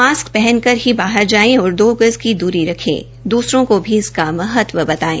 mask पहन कर ही बाहर जाएं और दो गज की द्री रखे द्रसरों को भी इसका महत्व बताए